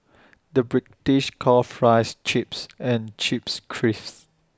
the British calls Fries Chips and Chips Crisps